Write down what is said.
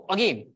Again